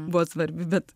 buvo svarbi bet